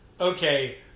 okay